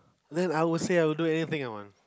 then I would say I would do anything I want